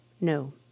No